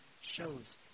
shows